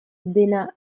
dena